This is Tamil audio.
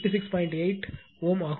8 is ஆகும்